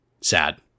Sad